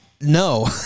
no